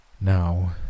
Now